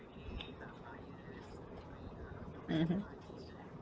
mmhmm